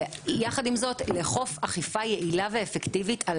ויחד עם זאת לאכוף אכיפה יעילה ואפקטיבית על